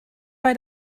bei